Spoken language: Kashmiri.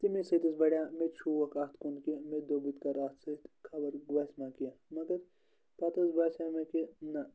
تمی سۭتۍ حظ بَڑیٛو مےٚ تہِ شوق اَتھ کُن کہِ مےٚ دوٚپ بٔتہِ کَرٕ اَتھ سۭتۍ خبر گژھِ ما کینٛہہ مگر پَتہٕ حظ باسیو مےٚ کہِ نہ